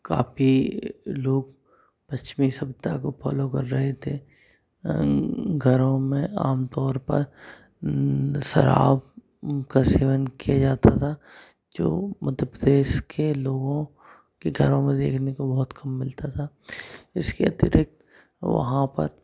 काफ़ी लोग पश्चिमी सभ्यता को फॉलो कर रहे थे घरों में आमतौर पर शराब का सेवन किया जाता था जो मध्य प्रदेश के लोगों के घरों में देखने को बहुत कम मिलता था इसके अतिरिक्त वहाँ पर